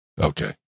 okay